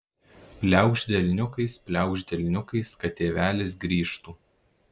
pliaukšt delniukais pliaukšt delniukais kad tėvelis grįžtų